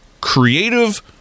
creative